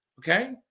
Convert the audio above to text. okay